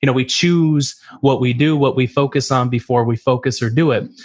you know we choose what we do, what we focus on before we focus or do it,